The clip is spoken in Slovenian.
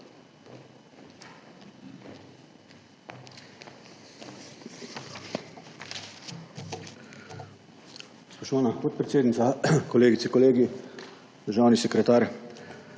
Spoštovana podpredsednica, kolegice, kolegi, državni sekretar.